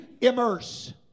immerse